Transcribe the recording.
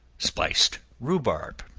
spiced rhubarb.